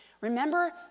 Remember